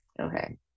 Okay